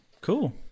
Cool